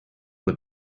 what